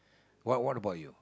what what about you